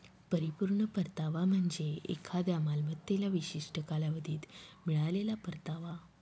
परिपूर्ण परतावा म्हणजे एखाद्या मालमत्तेला विशिष्ट कालावधीत मिळालेला परतावा